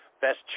Best